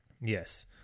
Yes